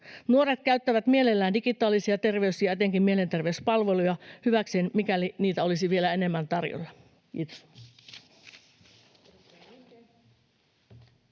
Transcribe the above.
Nuoret käyttävät mielellään digitaalisia terveys- ja etenkin mielenterveyspalveluja hyväkseen, mikäli niitä olisi vielä enemmän tarjolla. — Kiitos.